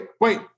wait